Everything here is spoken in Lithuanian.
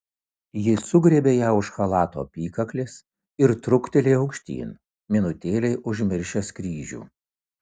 jis sugriebė ją už chalato apykaklės ir truktelėjo aukštyn minutėlei užmiršęs kryžių